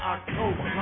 October